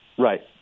Right